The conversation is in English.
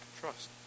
trust